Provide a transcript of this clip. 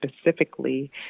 specifically